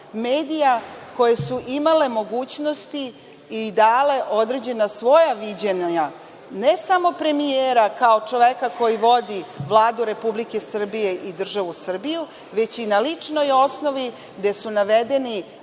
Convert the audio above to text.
medija koji su imali mogućnost i dali svoja određena viđenja, ne samo premijera kao čoveka koji vodi Vladu Republike Srbije i državu Srbiju već i na ličnoj osnovi gde su navedeni